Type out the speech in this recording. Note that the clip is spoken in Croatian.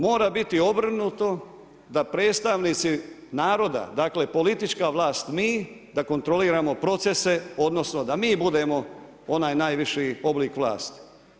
Mora biti obrnuto da predstavnici naroda, dakle politička vlast mi, da kontroliramo procese, odnosno da mi budemo onaj najviši oblik vlasti.